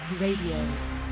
Radio